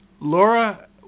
Laura